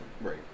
Right